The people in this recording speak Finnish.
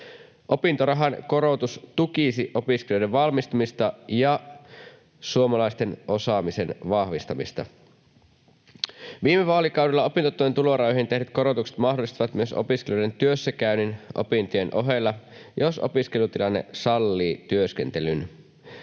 Opintorahan korotus tukisi opiskelijoiden valmistumista ja suomalaisten osaamisen vahvistamista. Viime vaalikaudella opintotuen tulorajoihin tehdyt korotukset mahdollistivat myös opiskelijoiden työssäkäynnin opintojen ohella, jos opiskelutilanne sallii työskentelyn.